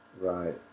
Right